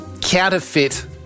counterfeit